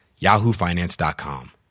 yahoofinance.com